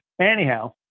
Anyhow